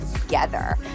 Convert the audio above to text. together